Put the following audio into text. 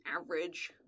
average